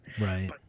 right